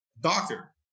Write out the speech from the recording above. doctor